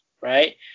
right